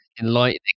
enlightening